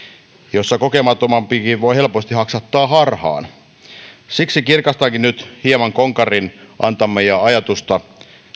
jossa kokemattomampikin voi helposti haksahtaa harhaan siksi kirkastankin nyt hieman konkarin antamaa ajatusta